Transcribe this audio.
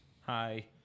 Hi